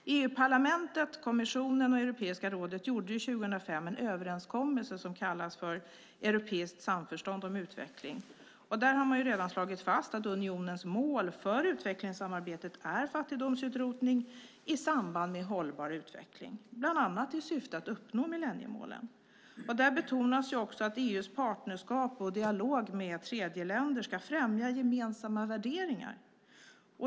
EU-parlamentet, kommissionen och Europeiska rådet gjorde 2005 en överenskommelse som kallas Europeiskt samförstånd om utveckling . Där har man redan slagit fast att unionens mål för utvecklingssamarbetet är fattigdomsutrotning i samband med hållbar utveckling, bland annat i syfte att uppnå millenniemålen. Där betonas också att EU:s partnerskap och dialog med tredjeländer ska främja gemensamma värderingar.